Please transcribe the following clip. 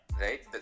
right